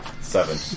Seven